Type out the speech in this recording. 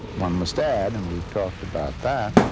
one must add and we've talked about that.